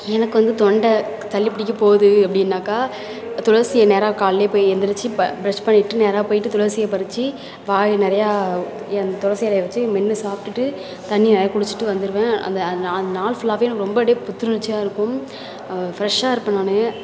எனக்கு வந்து தொண்டை சளி பிடிக்க போகுது அப்படின்னாக்கா துளசியை நேராக காலையிலயே போய் எந்திரிச்சு ப்ரெஷ் பண்ணிட்டு நேராக போயிட்டு துளசியை பறிச்சு வாய் நிறையா துளசி இலைய வச்சு மென்று சாப்பிடுட்டு தண்ணி நிறையா குடிச்சுட்டு வந்துடுவேன் அந்த நாள் ஃபுல்லாகவே நம்ம ரொம்ப அப்படியே புத்துணர்ச்சியாக இருக்கும் ஃப்ரஷ்ஷாக இருப்பேன் நான்